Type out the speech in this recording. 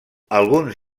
alguns